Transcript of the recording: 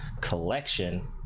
Collection